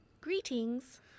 Greetings